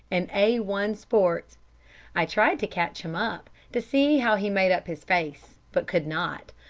an a one sport i tried to catch him up, to see how he made up his face, but could not,